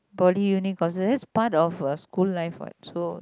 poly uni courses it's part of uh school's life what so